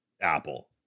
Apple